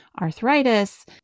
arthritis